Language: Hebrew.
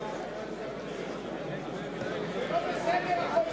לא בסדר (קורא